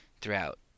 throughout